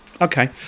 okay